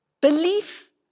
Belief